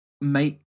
make